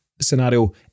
scenario